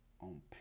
on